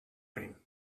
cream